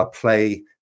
Play